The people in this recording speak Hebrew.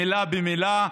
מילה במילה,